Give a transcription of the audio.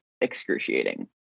excruciating